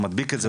או מדביק את זה,